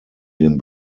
dem